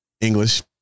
English